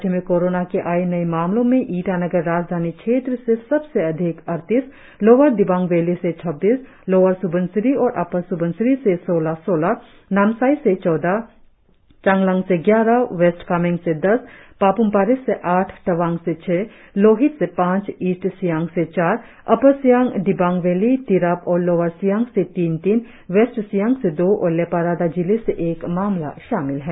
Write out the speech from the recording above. राज्य में कोरोना के आए नए मामलों में ईटानगर राजधानी क्षेत्र से सबसे अधिक अड़तीस लोअर दिबांग वैली से छब्बीस लोअर स्बनसिरी और अपर स्बनसिरी से सोलह सोलह नामसाई से चौदह चांगलांग से ग्यारह वेस्ट कामेंग से दस पाप्मपारे से आठ तवांग से छह लोहित से पांच ईस्ट सियांग से चार अपर सियांग दिबांग वैली तिराप और लोअर सियांग से तीन तीन वेस्ट सियांग से दो और लेपारादा जिले से एक मामला शामिल है